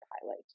highlight